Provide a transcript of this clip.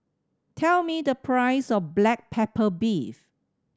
tell me the price of black pepper beef